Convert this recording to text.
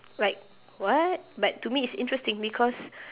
like what but to me it's interesting because